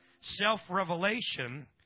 self-revelation